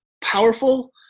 powerful